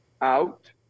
out